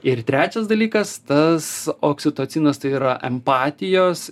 ir trečias dalykas tas oksitocinas tai yra empatijos